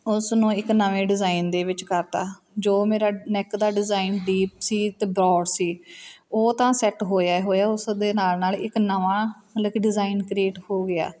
ਉਸ ਨੂੰ ਇੱਕ ਨਵੇਂ ਡਿਜ਼ਾਇਨ ਦੇ ਵਿੱਚ ਕਰਤਾ ਜੋ ਮੇਰਾ ਨੈਕ ਦਾ ਡਿਜ਼ਾਇਨ ਡੀਪ ਸੀ ਅਤੇ ਬਰੋਡ ਸੀ ਉਹ ਤਾਂ ਸੈੱਟ ਹੋਇਆ ਹੋਇਆ ਉਸ ਦੇ ਨਾਲ ਨਾਲ ਇੱਕ ਨਵਾਂ ਮਤਲਬ ਕਿ ਡਿਜ਼ਾਇਨ ਕ੍ਰੀਏਟ ਹੋ ਗਿਆ